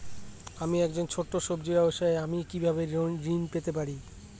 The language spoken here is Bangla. আমি একজন ছোট সব্জি ব্যবসায়ী আমি কিভাবে ঋণ পেতে পারি?